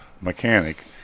mechanic